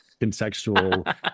contextual